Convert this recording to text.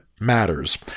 matters